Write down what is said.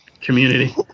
community